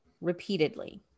repeatedly